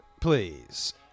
please